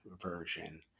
version